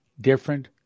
different